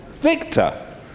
Victor